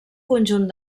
conjunt